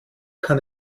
kann